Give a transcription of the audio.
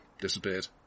disappeared